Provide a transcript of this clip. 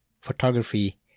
photography